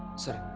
sir,